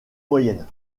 moyenne